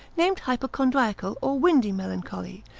named hypochondriacal or windy melancholy,